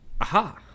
Aha